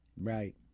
right